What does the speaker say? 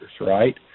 right